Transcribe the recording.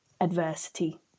adversity